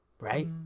right